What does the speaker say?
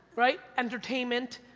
right? entertainment,